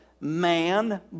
man